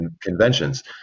conventions